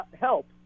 help